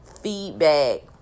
feedback